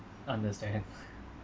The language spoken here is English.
understand